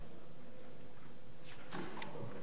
בבקשה.